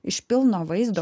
iš pilno vaizdo